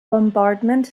bombardment